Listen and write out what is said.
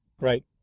Right